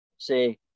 say